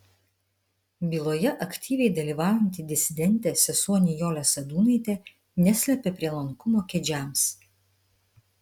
byloje aktyviai dalyvaujanti disidentė sesuo nijolė sadūnaitė neslepia prielankumo kedžiams